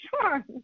Sure